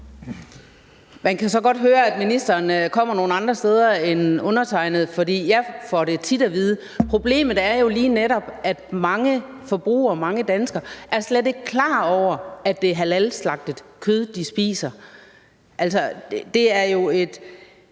Man kan så godt høre, at ministeren kommer nogle andre steder end undertegnede, for jeg får det tit at vide. Problemet er jo lige netop, at mange forbrugere, mange danskere, slet ikke er klar over, at det er halalslagtet kød, de spiser. Altså, det er jo et